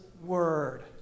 word